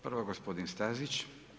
Prvo gospodin Stazić.